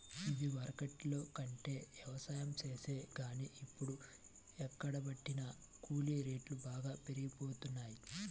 ఇదివరకట్లో అంటే యవసాయం చేశాం గానీ, ఇప్పుడు ఎక్కడబట్టినా కూలీ రేట్లు బాగా పెరిగిపోతన్నయ్